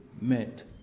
meant